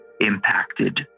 impacted